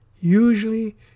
Usually